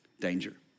danger